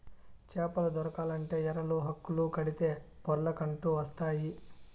చేపలు దొరకాలంటే ఎరలు, హుక్కులు కడితే పొర్లకంటూ వస్తాయి